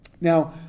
Now